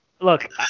look